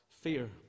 fear